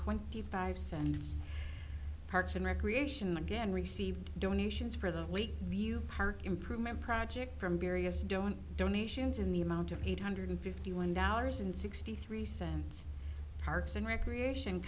twenty five seconds parks and recreation again received donations for the week view park improvement project from various don't donations in the amount of eight hundred fifty one dollars and sixty three cents parks and recreation